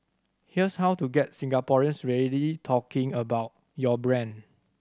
here's how to get Singaporeans really talking about your brand